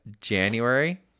January